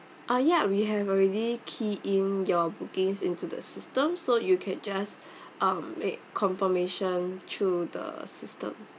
ah ya we have already key in your bookings into the system so you can just um make confirmation through the system